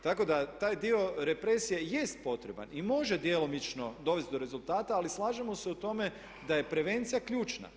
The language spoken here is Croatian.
Tako da taj dio represije jest potreban i može djelomično dovesti do rezultata ali slažemo se u tome da je prevencija ključna.